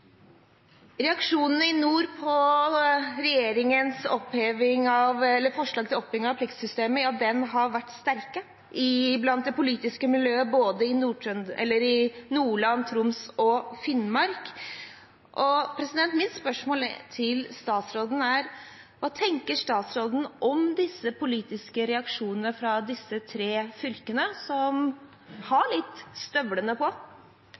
Reaksjonene i nord på regjeringens forslag til oppheving av pliktsystemet har vært sterke i det politiske miljøet både i Nordland, Troms og Finnmark. Mitt spørsmål til statsråden er: Hva tenker statsråden om disse politiske reaksjonene fra disse tre fylkene, som litt «har støvlene på»?